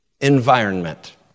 environment